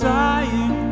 dying